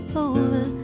over